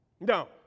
No